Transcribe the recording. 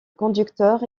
conducteur